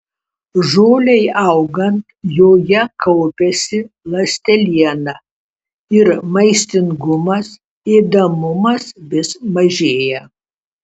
žolei augant joje kaupiasi ląsteliena ir maistingumas ėdamumas vis mažėja